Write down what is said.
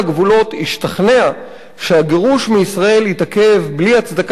השתכנע שהגירוש מישראל התעכב בלי הצדקה סבירה,